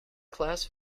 class